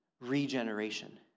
regeneration